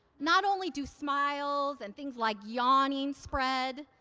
not only do smiles and things like yawning spread,